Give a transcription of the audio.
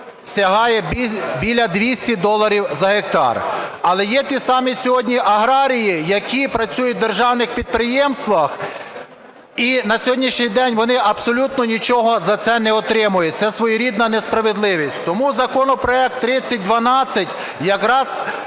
сягає біля 200 доларів за гектар. Але є ті самі сьогодні аграрії, які працюють в державних підприємствах, і на сьогоднішній день вони абсолютно нічого за це не отримують. Це своєрідна несправедливість. Тому законопроект 3012 якраз